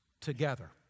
together